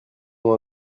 ont